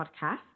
Podcast